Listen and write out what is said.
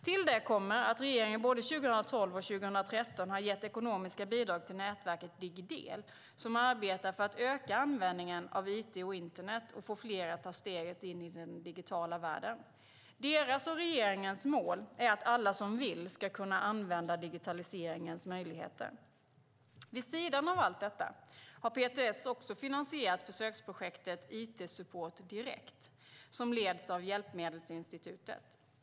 Till det kommer att regeringen både 2012 och 2013 har gett ekonomiska bidrag till nätverket Digidel, som arbetar för att öka användningen av it och internet och få fler att ta steget in i den digitala världen. Deras och regeringens mål är att alla som vill ska kunna använda digitaliseringens möjligheter. Vid sidan av allt detta har PTS också finansierat försöksprojektet It-support direkt , som leds av Hjälpmedelsinstitutet.